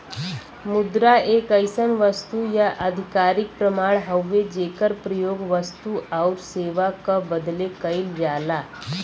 मुद्रा एक अइसन वस्तु या आधिकारिक प्रमाण हउवे जेकर प्रयोग वस्तु आउर सेवा क बदले कइल जाला